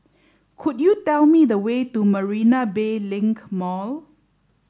could you tell me the way to Marina Bay Link Mall